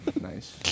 Nice